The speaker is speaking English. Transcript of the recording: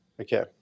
Okay